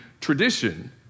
tradition